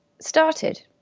started